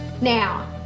Now